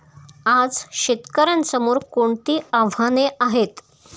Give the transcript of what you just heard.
आज शेतकऱ्यांसमोर कोणती आव्हाने आहेत?